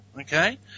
okay